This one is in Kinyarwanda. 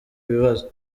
ibibazo